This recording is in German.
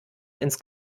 ins